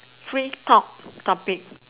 free talk topic